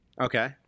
Okay